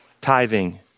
tithing